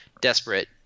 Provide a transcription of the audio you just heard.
desperate